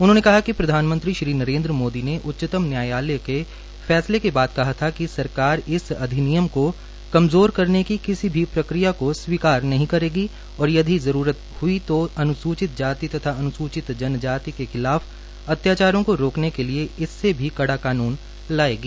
उन्होंने कहा कि प्रधानमंत्री श्री नरेन्द्र मोदी ने उच्चतम न्यायालय के फैसले के बाद कहा था कि सरकार इस अधिनिमयम को कमजोर करने की किसी भी प्रक्रिया को स्वीकार नहीं करेगी और यदि जरूरत हुई तो अनुसूचित तथा अन्सूचित जनजाति के खिलाफ अत्याचारों को रोकने के लिए इससे भी कड़ा कानून लाएगी